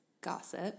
gossip